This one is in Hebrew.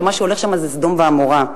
שמה שהולך שם זה סדום ועמורה,